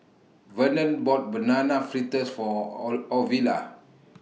Vernon bought Banana Fritters For All Ovila